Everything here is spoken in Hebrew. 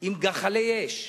עם גחלי אש,